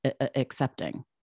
accepting